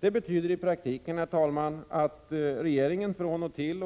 Det betyder i praktiken att regeringen